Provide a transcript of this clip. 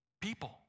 people